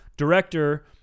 Director